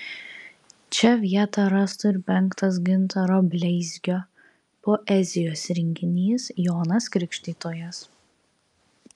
čia vietą rastų ir penktas gintaro bleizgio poezijos rinkinys jonas krikštytojas